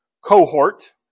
cohort